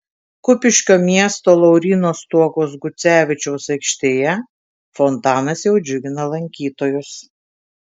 kupiškio miesto lauryno stuokos gucevičiaus aikštėje fontanas jau džiugina lankytojus